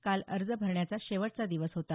काल अर्ज भरण्याचा शेवटचा दिवस होता